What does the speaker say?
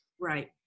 Right